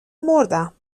مردم